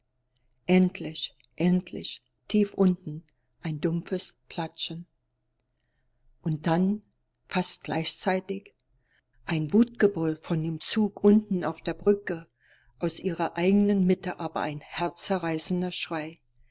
endlich endlich tief unten ein dumpfes platschen und dann fast gleichzeitig ein wutgebrüll von dem zug unten auf der brücke aus ihrer eigenen mitte aber ein herzzerreißender schrei